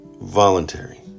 voluntary